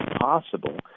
possible